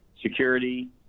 security